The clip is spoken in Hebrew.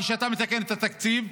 כשאתה מתקן את התקציב,